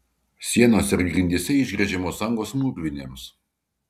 sienose ar grindyse išgręžiamos angos mūrvinėms